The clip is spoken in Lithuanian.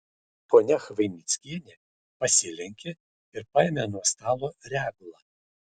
ponia chvainickienė pasilenkė ir paėmė nuo stalo regulą